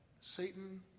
Satan